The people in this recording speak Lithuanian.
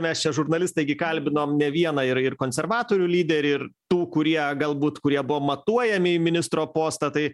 mes čia žurnalistai gi kalbinom ne vieną ir ir konservatorių lyderį ir tų kurie galbūt kurie buvo matuojami į ministro postą tai